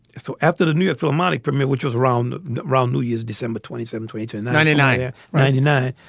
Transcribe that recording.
so after the new york and philharmonic permit, which was around around new year's december. twenty seven to eight in ninety nine yeah ninety nine.